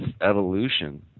evolution